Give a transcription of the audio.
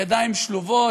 ידיים שלובות,